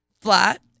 flat